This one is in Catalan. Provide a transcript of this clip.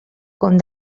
com